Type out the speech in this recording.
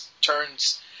turns